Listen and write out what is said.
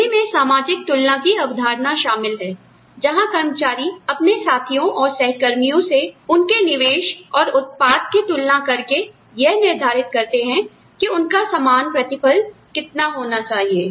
सभी में सामाजिक तुलना की अवधारणा शामिल है जहां कर्मचारी अपने साथियों और सह कर्मियों से उनके निवेश और उत्पाद की तुलना करके यह निर्धारित करते हैं कि उनका समान प्रतिफल कितना होना चाहिए